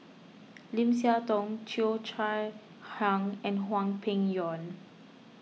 Lim Siah Tong Cheo Chai Hiang and Hwang Peng Yuan